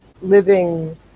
living